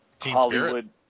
Hollywood